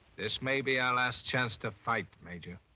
this may be our last chance to fight, major.